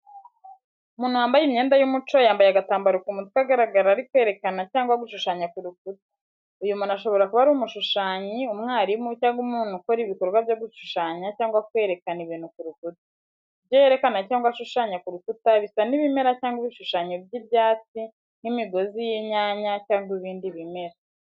Umuntu wambaye imyenda y’umuco, yambaye agatambaro ku mutwe agaragara ari kwerekana cyangwa gushushanya ku rukuta. Uyu muntu ashobora kuba ari umushushanyi, umwarimu, cyangwa umuntu ukora ibikorwa byo gushushanya cyangwa kwerekana ibintu ku rukuta. Ibyo yerekana cyangwa ashushanya ku rukuta bisa n’ibimera cyangwa ibishushanyo by'ibyatsi nk’imigozi y’inyanya cyangwa ibindi bimera.